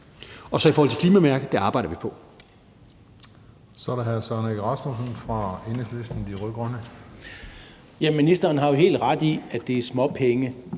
Og så i forhold til klimamærket: Det arbejder vi på.